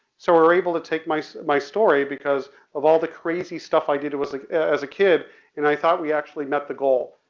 so we were able to take my, my story because of all the crazy stuff i did like as a kid and i thought we actually met the goal.